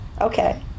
Okay